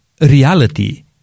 reality